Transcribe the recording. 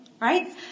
Right